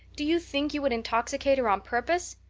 do you think you would intoxicate her on purpose?